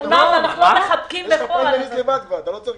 יש לשנות את הנוהל.